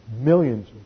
millions